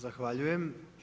Zahvaljujem.